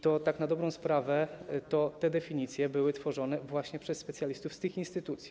Tak na dobrą sprawę te definicje były tworzone właśnie przez specjalistów z tych instytucji.